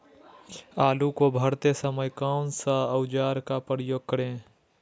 आलू को भरते समय कौन सा औजार का प्रयोग करें?